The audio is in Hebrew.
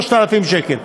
3,000 שקל.